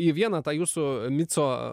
į vieną tą jūsų mico